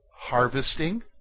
Harvesting